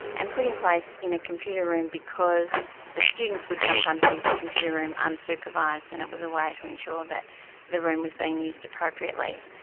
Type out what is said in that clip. and put in place in a computer room because the students would sometimes use the computer room unsupervised and it was a way to ensure that the room was being used appropriately.